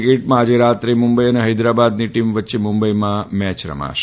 ક્રિકેટમાં આજે રાત્રે મુંબઈ અને ફૈદરાબાદની ટીમ વચ્ચે મુંબઈમાં મેચરમાશે